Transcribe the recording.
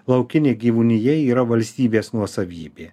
laukinė gyvūnija yra valstybės nuosavybė